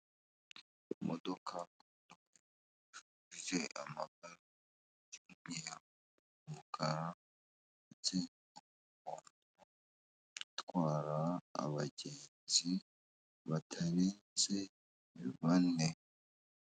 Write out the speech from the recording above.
Imodoka ifite amabara y'umweru, umukara ndetse ikaba itwara abagenzi batarenze bane.